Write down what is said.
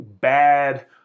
bad